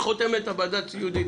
יושבים שם אנשי מקצוע מתוסכלים,